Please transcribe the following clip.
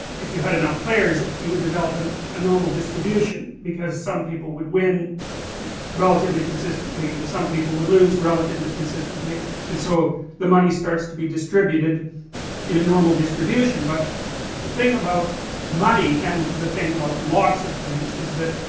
if you had enough players you would develop and a normal distribution because some people would win relatively consistently and some players lose relatively consistently and so the money starts to be distributed in a normal distribution, but the thing about money, and the thing about lots of things is that